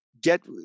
get